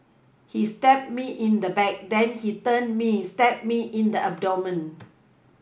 he stabbed me in the back then he turned me stabbed me in the abdomen